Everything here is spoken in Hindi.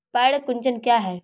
पर्ण कुंचन क्या है?